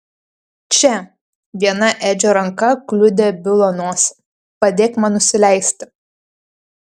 čia viena edžio ranka kliudė bilo nosį padėk man nusileisti